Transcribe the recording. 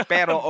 Pero